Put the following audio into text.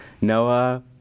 Noah